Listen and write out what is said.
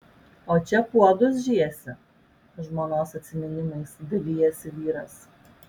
o čia puodus žiesi žmonos atsiminimais dalijasi vyras